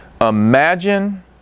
Imagine